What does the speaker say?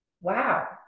wow